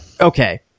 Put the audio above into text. Okay